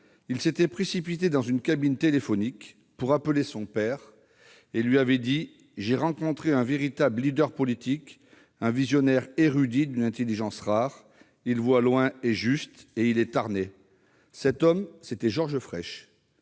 il s'était précipité dans une cabine téléphonique pour appeler son père et lui dire :« J'ai rencontré un véritable leader politique, un visionnaire érudit d'une intelligence rare. Il voit loin et juste, et il est Tarnais ». Cet homme, c'était Georges Frêche,